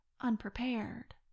unprepared